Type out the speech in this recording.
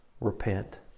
repent